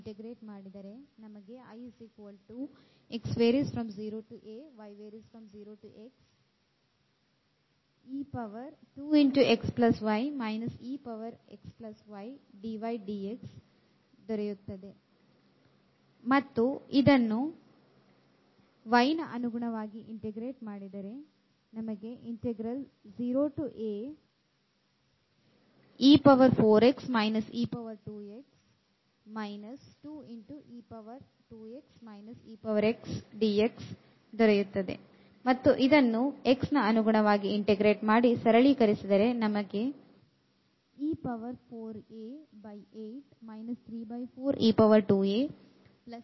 ಇದು exponential function ಮತ್ತು ನಾವು ಇದನ್ನು z y ಅನಂತರ x ನ ಅನುಗುಣವಾಗಿ integrate ಮಾಡಬೇಕು